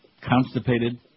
Constipated